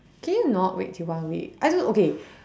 can you not wait till one week I don't know okay